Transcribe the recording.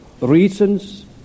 reasons